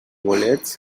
bolets